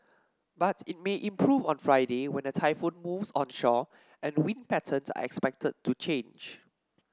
but it may improve on Friday when the typhoon moves onshore and wind patterns are expected to change